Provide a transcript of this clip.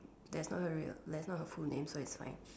that's not her real that's not her real name so it's fine